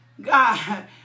God